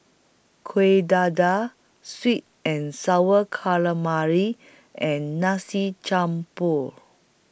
Kueh Dadar Sweet and Sour Calamari and Nasi Campur